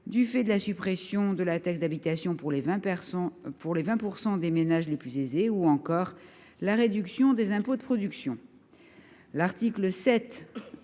du fait de la suppression de la taxe d’habitation pour les 20 % des ménages les plus aisés, ou encore la réduction des impôts de production. L’article 7,